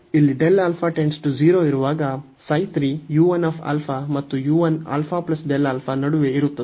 ಇಲ್ಲಿ u 1 α ಮತ್ತು u 1 α Δα ನಡುವೆ ಇರುತ್ತದೆ